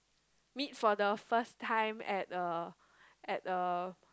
meet for the first time at uh at uh